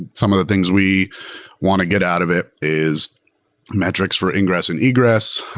some of the things we want to get out of it is metrics for ingress and egress,